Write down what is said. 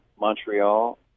Montreal